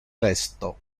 presto